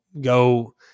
go